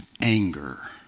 anger